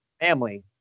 family